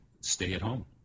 stay-at-home